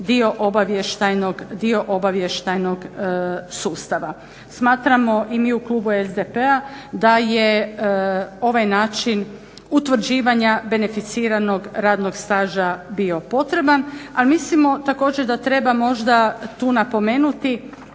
dio obavještajnog sustava. Smatramo i mi u klubu SDP-a da je ovaj način utvrđivanja beneficiranog radnog staža bio potreban, ali mislimo također da treba možda tu napomenuti